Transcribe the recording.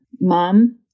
mom